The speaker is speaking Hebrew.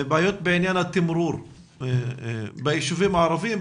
בעיות תמרור ביישובים הערבים,